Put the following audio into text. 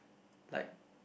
like